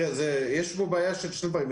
יש פה בעיה של שני דברים.